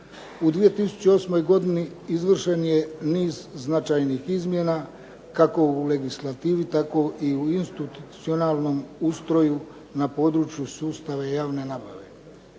U 2008. godini izvršen je niz značajnih izmjena, kako u legislativi, tako i u institucionalnom ustroju na području sustava javne nabave.